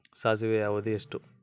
ಸಾಸಿವೆಯ ಅವಧಿ ಎಷ್ಟು?